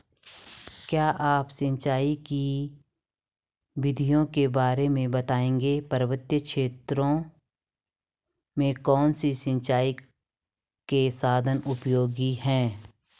क्या आप सिंचाई की विधियों के बारे में बताएंगे पर्वतीय क्षेत्रों में कौन से सिंचाई के साधन उपयोगी हैं?